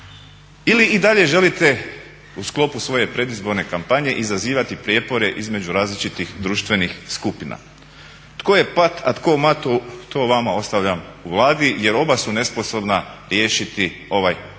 ili i dalje želite u sklopu svoje predizborne kampanje izazivati prijepore između različitih društvenih skupina. Tko je Pat, a tko Mat to vama ostavljam u Vladi jer oba su nesposobna riješiti ovaj problem